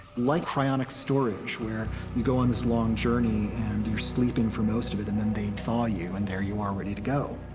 like cryonic storage, where you go on this long journey and you're sleeping for most of it, and then they thaw you, and there you are, ready to go.